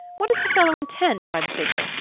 what does the fellow intend by the figure?